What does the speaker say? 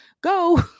go